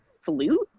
flute